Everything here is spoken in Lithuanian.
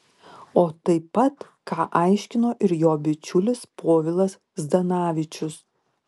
o taip pat ką aiškino ir jo bičiulis povilas zdanavičius